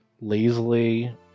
lazily